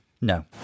No